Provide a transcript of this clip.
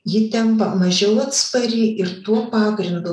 ji tampa mažiau atspari ir tuo pagrindu